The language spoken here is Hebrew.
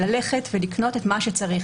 ללכת ולקנות את מה שצריך,